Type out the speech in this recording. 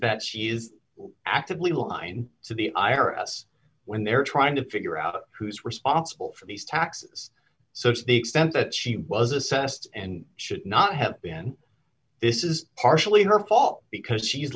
that she is actively line to the i r s when they're trying to figure out who's responsible for these taxes so to the extent that she was assessed and should not have been this is partially her fault because he's